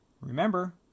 Remember